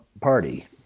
party